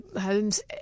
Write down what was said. homes